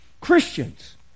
Christians